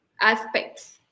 aspects